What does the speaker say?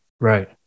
Right